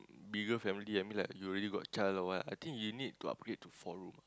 bigger family I mean like you already got a child or what I think you need to upgrade to four room ah